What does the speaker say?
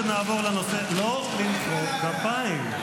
לא למחוא כפיים.